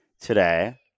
today